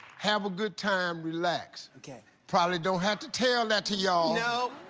have a good time, relax. okay. probably don't have to tell that to y'all. nope.